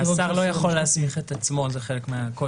השר לא יכול להסמיך את עצמו, זה חלק מהקושי.